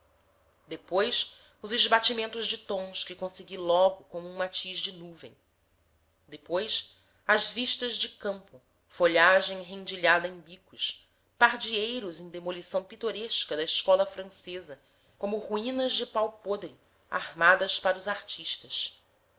depois os esbatimentos de tons que consegui logo como um matiz de nuvem depois as vistas de campo folhagem rendilhada em bicos pardieiros em demolição pitoresca da escola francesa como ruínas de pau podre armadas para os artistas